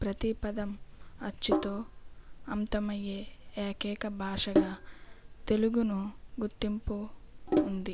ప్రతి పదం అచ్చుతో అంతం అయ్యే ఏకైక భాషగా తెలుగుకు గుర్తింపు ఉంది